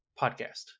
podcast